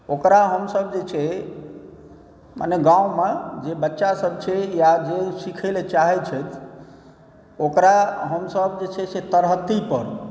ओकरा हमसब जे छै मने गाँवमे जँ बच्चा सब छै या मने सिखै लए चाहै छथि ओकरा हमसब जे छै से तरहत्थी पर